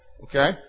Okay